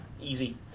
easy